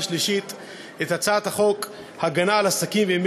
שלישית את הצעת החוק הגנה על בתי-עסק (ימי